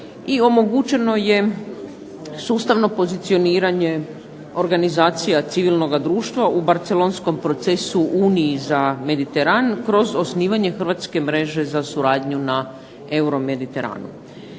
omogućeno je sustavno pozicioniranje organizacija civilnoga društva u barcelonskom procesu Uniji za Mediteran kroz osnivanje hrvatske mreže za suradnju na Euromediteranu.